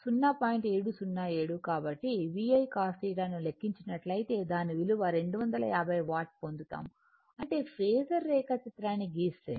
707 కాబట్టి VI cosθ ను లెక్కించినట్లయితే దాని విలువ 250 వాట్ పొందుతాము అంటే ఫేసర్ రేఖాచిత్రాన్ని గీస్తే